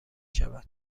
شود